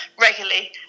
regularly